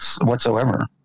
whatsoever